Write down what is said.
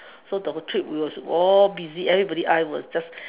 so the whole trip he was all busy everybody I was just